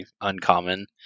Uncommon